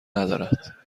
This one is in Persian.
ندارد